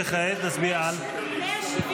וכעת נצביע על -- 172.